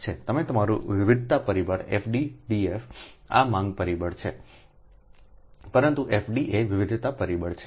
તે તમારું વિવિધતા પરિબળ FD DF એ માંગ પરિબળ છે પરંતુ FD એ વિવિધતા પરિબળ છે